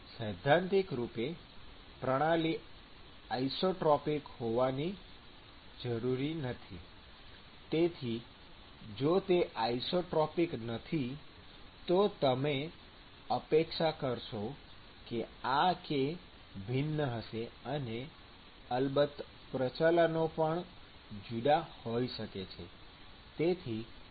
સૈદ્ધાંતિક રૂપે પ્રણાલી આઇસોટ્રોપિક હોવાની જરૂર નથી તેથી જો તે આઇસોટ્રોપિક નથી તો તમે અપેક્ષા કરશો કે આ k ભિન્ન હશે અને અલબત્ત પ્રચલનો પણ જુદા હોઈ શકે છે